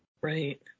Right